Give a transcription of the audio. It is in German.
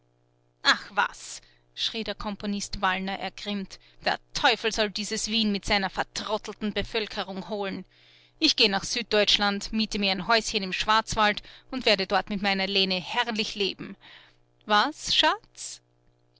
ach was schrie der komponist wallner ergrimmt der teufel soll dieses wien mit seiner vertrottelten bevölkerung holen ich geh nach süddeutschland miete mir ein häuschen im schwarzwald und werde dort mit meiner lene herrlich leben was schatz